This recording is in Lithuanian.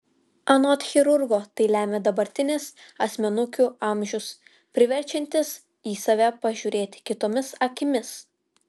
anot chirurgo tai lemia dabartinis asmenukių amžius priverčiantis į save pažiūrėti kitomis akimis